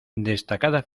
destacada